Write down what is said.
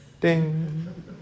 Ding